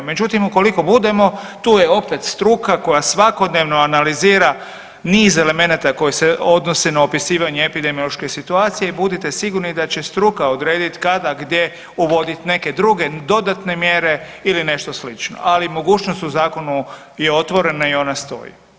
Međutim, ukoliko budemo tu je opet struka koja svakodnevno analizira niz elemenata koje se odnose na opisivanje epidemiološke situacije i budite sigurni da će struka odrediti kada, gdje uvoditi neke druge dodatne mjere ili nešto slično, ali mogućnost u zakonu je otvorena i ona stoji.